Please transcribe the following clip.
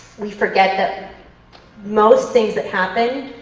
we forget that most things that happen,